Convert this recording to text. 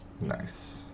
Nice